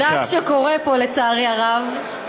הברדק שקורה פה, לצערי הרב.